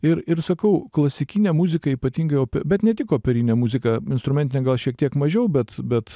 ir ir sakau klasikinė muzika ypatingai opi bet ne tik operinė muzika instrumentinė gal šiek tiek mažiau bet bet